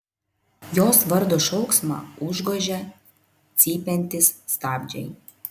jos vardo šauksmą užgožia cypiantys stabdžiai